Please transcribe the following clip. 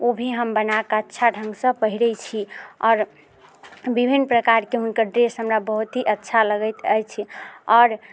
ओ भी हम बनाकऽ अच्छा ढङ्गसँ पहिरैत छी आओर विभिन्न प्रकारकेँ हुनकर ड्रेस हमरा बहुत ही अच्छा लगैत अछि आओर